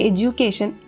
Education